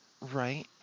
right